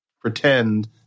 pretend